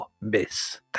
miss